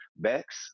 Bex